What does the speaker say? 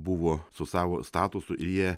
buvo su savo statusu ir jie